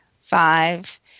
five